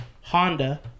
honda